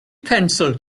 pencil